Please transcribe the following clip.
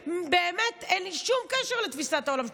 שבאמת אין לי שום קשר לתפיסת העולם שלו,